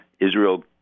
Israel